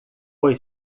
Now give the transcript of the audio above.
foi